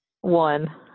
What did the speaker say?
One